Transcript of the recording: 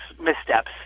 missteps